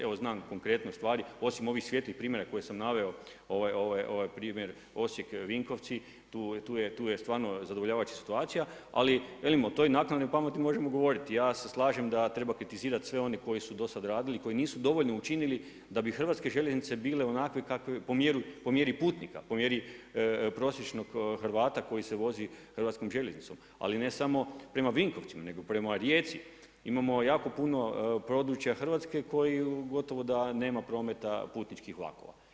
Evo znam konkretne stvari osim ovih svijetlih primjera kojih sam naveo, primjer Osijek-Vinkovci, tu je stvarno zadovoljavajuća situacija, ali velim o toj naknadnoj pameti možemo govoriti, ja se slažem da treba kritizirati sve one koji su dosad radili, koji nisu dovoljno učinili da bi hrvatske željeznice bile po mjeri putnika, po mjeri prosječnog Hrvata koji se vozi hrvatskom željeznicom, ali ne samo prema Vinkovcima, nego prema Rijeci, imamo jako puno područja Hrvatske koji gotovo da nema prometa putničkih vlakova.